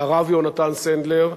הרב יונתן סנדלר